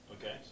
Okay